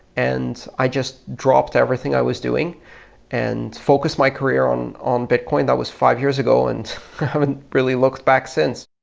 and i just dropped everything i was doing and focused my career on on bitcoin. that was five years ago, and i haven't really looked back since.